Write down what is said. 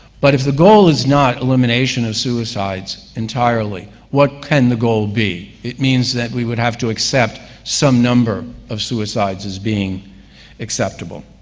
but if the goal is not elimination of suicides entirely, what can the goal be? it means that we would have to accept some number of suicides as being acceptable.